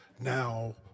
now